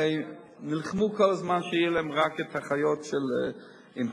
הרי נלחמו כל הזמן שיהיו להם רק אחיות עם תואר,